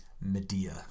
Medea